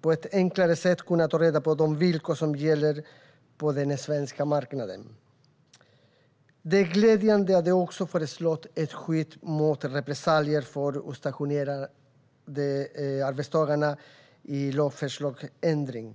på ett enklare sätt kunna ta reda på de villkor som gäller på den svenska marknaden. Det är glädjande att det också föreslås ett skydd mot repressalier för utstationerade arbetstagare i lagförslagsändringen.